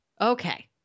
okay